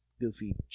goofy